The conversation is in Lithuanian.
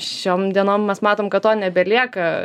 šiom dienom mes matom kad to nebelieka